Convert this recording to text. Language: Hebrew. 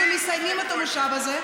רוצים להצביע, אנחנו מסיימים את המושב הזה.